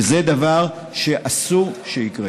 וזה דבר שאסור שיקרה.